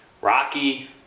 rocky